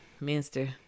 Minister